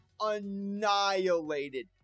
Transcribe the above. annihilated